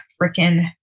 freaking